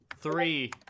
Three